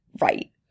Right